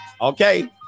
Okay